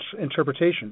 interpretation